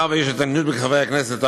מאחר שיש התנגדות של חברי הכנסת,